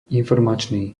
informačný